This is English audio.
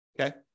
Okay